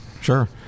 sure